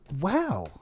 wow